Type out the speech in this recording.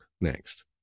next